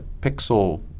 pixel